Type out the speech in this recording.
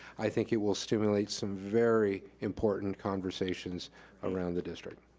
i think it will stimulate some very important conversations around the district.